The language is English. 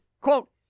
quote